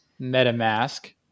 MetaMask